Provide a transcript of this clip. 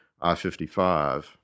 I-55